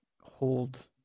hold